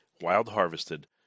wild-harvested